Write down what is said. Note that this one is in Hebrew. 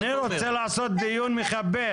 אני רוצה לעשות דיון מכבד,